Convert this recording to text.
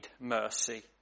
mercy